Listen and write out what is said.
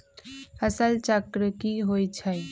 फसल चक्र की होइ छई?